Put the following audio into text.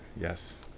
Yes